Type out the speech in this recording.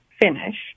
Finish